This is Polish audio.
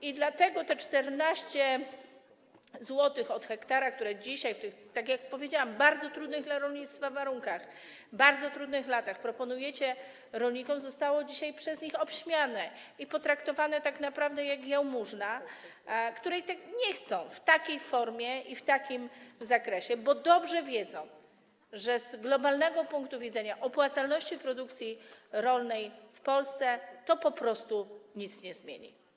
I dlatego te 14 zł od 1 ha, które dzisiaj w tych, tak jak powiedziałam, bardzo trudnych dla rolnictwa warunkach, w bardzo trudnych latach proponujecie rolnikom, zostało dzisiaj przez nich obśmiane i potraktowane tak naprawdę jak jałmużna, której nie chcą w takiej formie i w takim zakresie, bo dobrze wiedzą, że z globalnego punktu widzenia opłacalności produkcji rolnej w Polsce to po prostu nic nie zmieni.